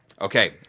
Okay